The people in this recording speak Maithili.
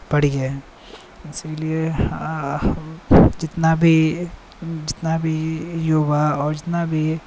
पड़िए इसीलिए जतना भी युवा आओर जतना भी